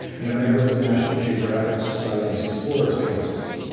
and a member of the national geographic society's explorer council.